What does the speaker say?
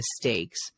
mistakes